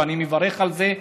ואני מברך על זה,